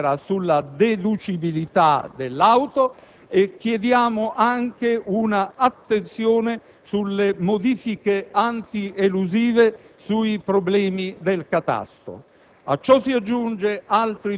approvate alla Camera sulla deducibilità dell'auto e chiediamo anche un'attenzione alle modifiche antielusive sui problemi del catasto.